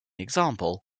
example